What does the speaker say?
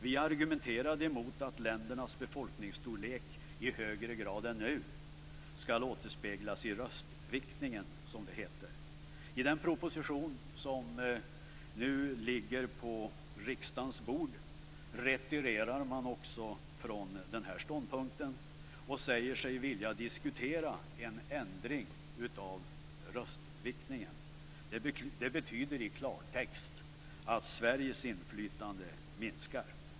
Vi argumenterade emot att ländernas befolkningsstorlek i högre grad än nu skall återspeglas i röstviktningen, som det heter. I den proposition som nu ligger på riksdagens bord retirerar man från denna ståndpunkt. Man säger sig vilja diskutera en ändring av röstviktningen. Det betyder i klartext att Sveriges inflytande minskar.